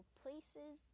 places